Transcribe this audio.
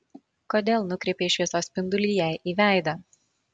kodėl nukreipei šviesos spindulį jai į veidą